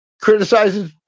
criticizes